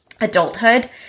adulthood